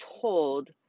told